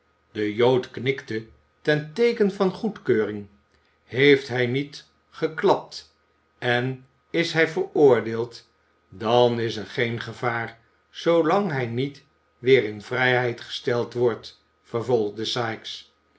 de jood knikte ten teeken van goedkeuring heeft hij niet geklapt en is hij veroordeeld dan is er geen gevaar zoolang hij niet weer in vrijheid gesteld wordt vervolgde